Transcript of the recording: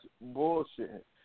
bullshit